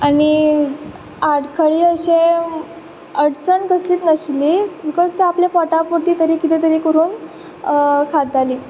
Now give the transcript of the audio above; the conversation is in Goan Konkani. आनी आडखळी अशें अडचण कसलीच नाशिल्ली बीकोज तो आपले पोटा पुरती कितें तरी करून खाताली